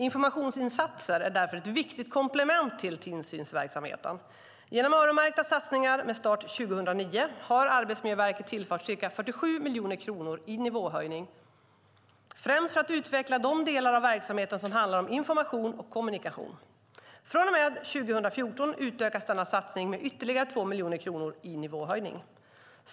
Informationsinsatser är därför ett viktigt komplement till tillsynsverksamheten. Genom öronmärkta satsningar med start 2009 har Arbetsmiljöverket tillförts ca 47 miljoner kronor i nivåhöjning, främst för att utveckla de delar av verksamheten som handlar om information och kommunikation. Från och med 2014 utökas denna satsning med ytterligare 2 miljoner kronor i nivåhöjning.